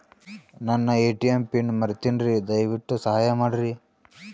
ನನ್ನ ATM PIN ಮರೆತೇನ್ರೀ, ದಯವಿಟ್ಟು ಸಹಾಯ ಮಾಡ್ರಿ